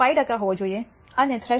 5 ટકા હોવો જોઈએ અને થ્રેશોલ્ડ કરતા વધુ 2